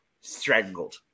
Strangled